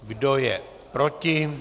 Kdo je proti?